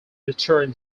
return